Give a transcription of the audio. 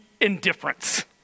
indifference